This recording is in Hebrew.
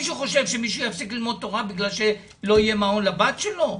מישהו חושב שמישהו יפסיק ללמוד תורה בגלל שלא יהיה מעון לבת שלו?